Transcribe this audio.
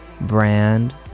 brand